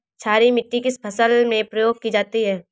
क्षारीय मिट्टी किस फसल में प्रयोग की जाती है?